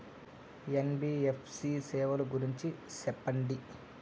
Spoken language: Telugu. ఎన్.బి.ఎఫ్.సి సేవల గురించి సెప్పండి?